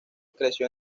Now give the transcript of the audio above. creció